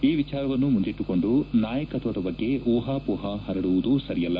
ಈ ವಿಚಾರವನ್ನು ಮುಂದಿಟ್ಲುಕೊಂಡು ನಾಯಕತ್ವದ ಬಗ್ಗೆ ಊಹಾಸೋಹಾ ಪರಡುವುದು ಸರಿಯಲ್ಲ